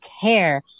care